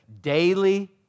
daily